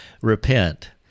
repent